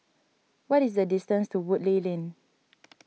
what is the distance to Woodleigh Lane